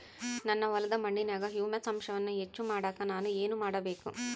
ನನ್ನ ಹೊಲದ ಮಣ್ಣಿನಾಗ ಹ್ಯೂಮಸ್ ಅಂಶವನ್ನ ಹೆಚ್ಚು ಮಾಡಾಕ ನಾನು ಏನು ಮಾಡಬೇಕು?